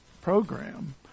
program